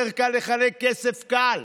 יותר קל לחלק כסף קל.